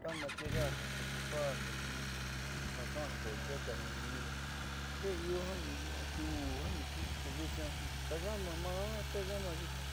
ta material jiaa xeocupando tiuku ko ja ka'ando ndee kaañiini ndee io jiaa niikuu atiuu jiaa niikuu ko vitnaa taadaama maá taadaama vitnaa.